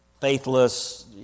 faithless